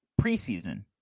preseason